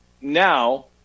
now